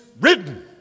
written